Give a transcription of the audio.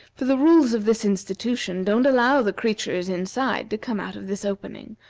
for the rules of this institution don't allow the creatures inside to come out of this opening,